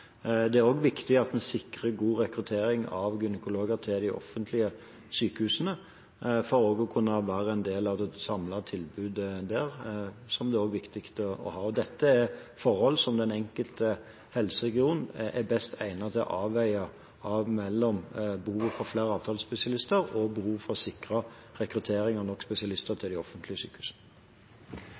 Det er også viktig at en sikrer god rekruttering av gynekologer til de offentlige sykehusene for å kunne være en del av det samlede tilbudet der, som det også er viktig å ha. Dette er forhold som den enkelte helseregion er best egnet til å avveie – mellom behovet for flere avtalespesialister og behovet for å sikre rekruttering av nok spesialister til de offentlige sykehusene.